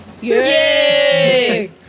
Yay